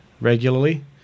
regularly